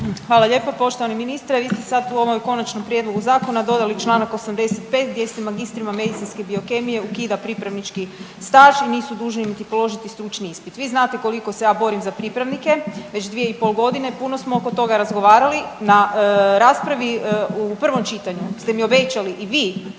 Hvala lijepo. Poštovani ministre, vi ste sad u ovom konačnom prijedlogu zakona dodali čl. 85. gdje se magistrima medicinske biokemije ukida pripravnički staž i nisu dužni niti položiti stručni ispit. Vi znate koliko se ja borim za pripravnike već 2,5.g., puno smo oko toga razgovarali, na raspravi u prvom čitanju ste mi obećali i vi